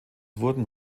wurden